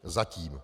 Zatím.